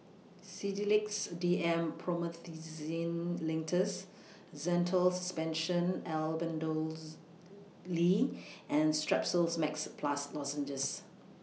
Sedilix D M Promethazine Linctus Zental Suspension Albendazole and Strepsils Max Plus Lozenges